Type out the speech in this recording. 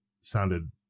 sounded